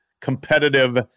competitive